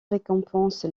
récompense